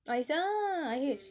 aisa ahir